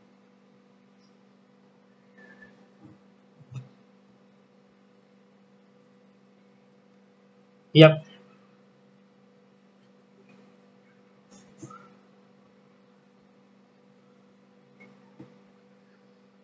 yup